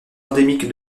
endémique